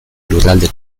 lurralde